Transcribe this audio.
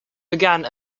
began